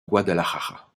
guadalajara